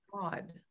God